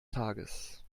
tages